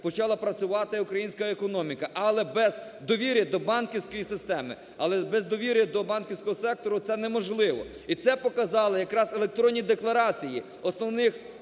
почала працювати українська економіка, але без довіри до банківської системи, але без довіри до банківського сектору це неможливо. І це показали якраз електронні декларації основних